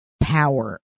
power